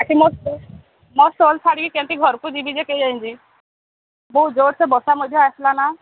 ଆକି ମୋ ମୋ ଷ୍ଟଲ ଛାଡ଼ିବି କେମିତି ଘରକୁ ଯିବି ଯେ କେହି ଯାଣିଛି ବୋହୁତ ଜୋର ସେ ବର୍ଷା ମଧ୍ୟ ଆସିଲ ନ